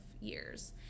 years